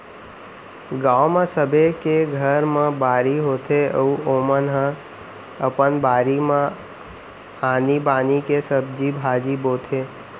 गाँव म सबे के घर म बाड़ी होथे अउ ओमन ह अपन बारी म आनी बानी के सब्जी भाजी बोथे